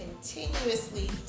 continuously